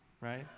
right